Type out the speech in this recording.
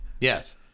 Yes